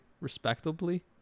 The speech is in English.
Respectably